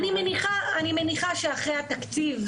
אני מניחה שאחרי התקציב,